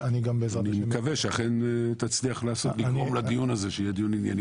אני מקווה שאכן תצליח לעשות ולגרום לדיון הזה שיהיה דיון ענייני.